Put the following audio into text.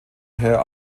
her